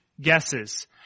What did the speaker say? guesses